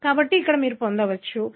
కాబట్టి ఇక్కడ మీరు పొందవచ్చు